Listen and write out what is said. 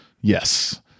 Yes